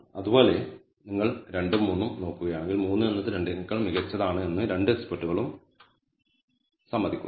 അതുപോലെ നിങ്ങൾ 2 ഉം 3 ഉം നോക്കുകയാണെങ്കിൽ 3 എന്നത് 2 നേക്കാൾ മികച്ചതാണ് എന്ന് രണ്ടു എക്സ്പെർട്ടുകളും അഗ്രി ചെയ്യുന്നു